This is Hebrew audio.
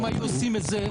מה כתוב באתר של משגב?